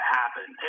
happen